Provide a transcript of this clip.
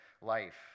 life